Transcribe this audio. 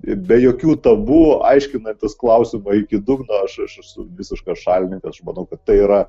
be jokių tabu aiškinantis klausimą iki dugno aš aš esu visiškas šalininkas aš manau kad tai yra